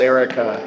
Erica